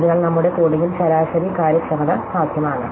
അതിനാൽ നമ്മുടെ കോഡിംഗിൽ ശരാശരി കാര്യക്ഷമത സാധ്യമാണ്